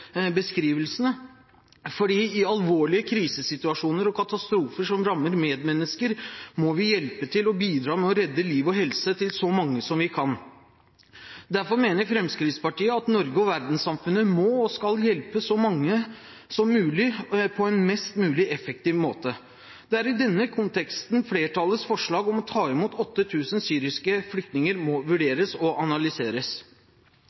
beskrivelsene. I alvorlige krisesituasjoner og katastrofer som rammer medmennesker, må vi hjelpe til og bidra med å redde liv og helse til så mange vi kan. Derfor mener Fremskrittspartiet at Norge og verdenssamfunnet må og skal hjelpe så mange som mulig på en mest mulig effektiv måte. Det er i denne konteksten flertallets forslag om å ta imot 8 000 syriske flyktninger må vurderes og analyseres.